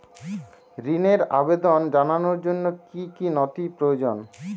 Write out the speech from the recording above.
ঋনের আবেদন জানানোর জন্য কী কী নথি প্রয়োজন?